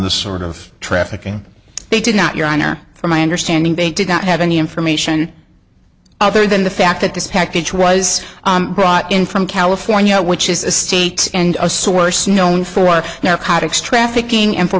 this sort of trafficking they did not your honor for my understanding they did not have any information other than the fact that this package was brought in from california which is a state and a source known for now contacts trafficking and for